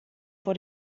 vor